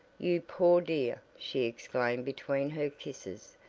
you poor dear! she exclaimed between her kisses.